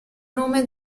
nome